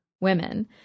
women